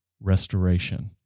restoration